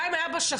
גם אם היה בא שכן,